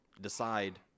decide